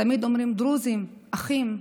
תמיד אומרים: דרוזים, אחים.